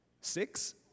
Six